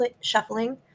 shuffling